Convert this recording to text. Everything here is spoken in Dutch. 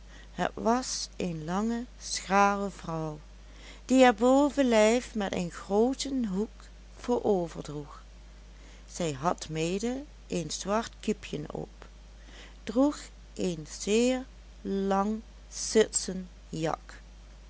het was een lange schrale vrouw die het bovenlijf met een grooten hoek voorover droeg zij had mede een zwart kiepjen op droeg een zeer lang sitsen jak